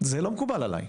זה לא מקובל עלי,